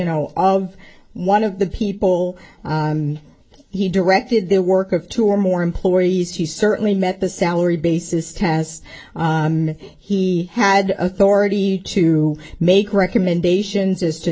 know of one of the people he directed their work of two or more employees he certainly met the salary basis test and he had authority to make recommendations as to